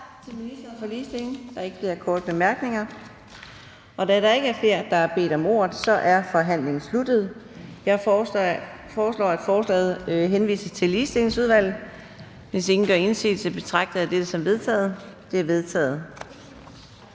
Tak til ministeren for ligestilling. Der er ikke flere korte bemærkninger. Da der ikke er flere, der har bedt om ordet, er forhandlingen sluttet. Jeg foreslår, at forslaget henvises til Ligestillingsudvalget. Hvis ingen gør indsigelse, betragter jeg dette som vedtaget. Det er vedtaget.